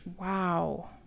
Wow